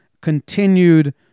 continued